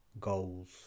goals